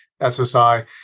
SSI